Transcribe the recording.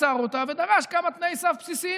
עצר אותה ודרש כמה תנאי סף בסיסיים,